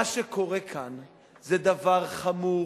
מה שקורה כאן זה דבר חמור,